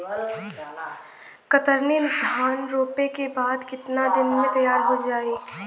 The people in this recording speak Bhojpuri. कतरनी धान रोपे के बाद कितना दिन में तैयार होई?